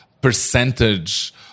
percentage